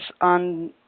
on